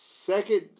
Second